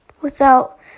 without